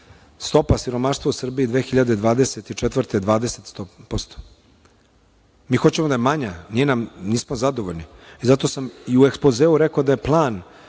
stopa siromaštva u Srbiji 2024. godine je 20%. Mi hoćemo da je manja, nismo zadovoljni. Zato sam i u ekspozeu rekao da je plan